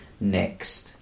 next